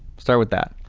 start with that.